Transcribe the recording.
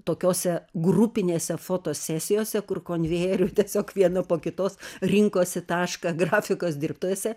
tokiose grupinėse fotosesijose kur konvejeriu tiesiog viena po kitos rinkosi tašką grafikos dirbtuvėse